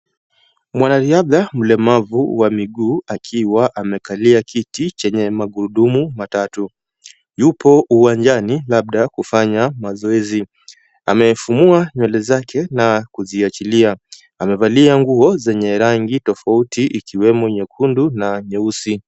Mwanariadha mlemavu wa miguu akiwa amekalia kiti chenye magurudumu matatu. Yupo uwanjani labda kufanya mazoezi. Amefumua nywele zake na kuziachilia. Amevalia nguo zenye rangi tofauti ikiwemo nyekundu na nyeusi.